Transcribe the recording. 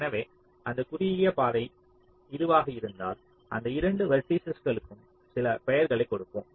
எனவே அந்த குறுகிய பாதை இதுவாக இருந்தால் அந்த இரண்டு வெர்ட்டிஸஸ்களுக்கும் சில பெயர்களைக் கொடுப்போம்